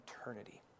eternity